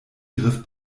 griff